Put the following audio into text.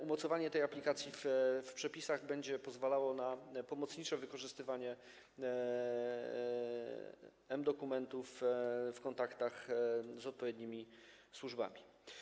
Umocowanie tej aplikacji w przepisach będzie pozwalało na pomocnicze wykorzystywanie mDokumentów w kontaktach z odpowiednimi służbami.